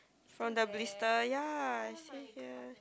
from the blister ya see here